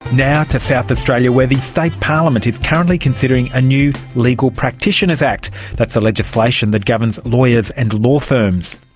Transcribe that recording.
now to south australia where the state parliament is currently considering a new legal practitioners act that's the legislation that governs lawyers and law firms.